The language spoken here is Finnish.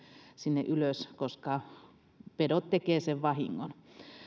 sinne ylös koska pedot tekevät sen vahingon